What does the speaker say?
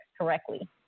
correctly